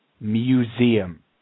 museum